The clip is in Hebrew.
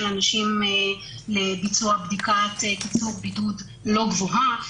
האנשים לביצוע בדיקת קיצור בידוד לא גבוהה.